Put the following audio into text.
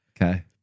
Okay